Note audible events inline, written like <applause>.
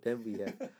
<laughs>